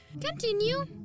Continue